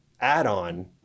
add-on